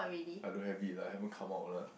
I don't have it lah haven't come out lah